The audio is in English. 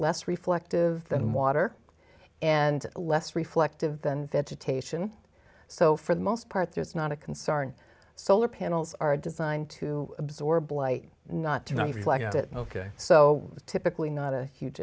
less reflective than water and less reflective than vegetation so for the most part there's not a concern solar panels are designed to absorb light not to reflect it ok so typically not a huge